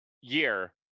year